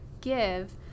give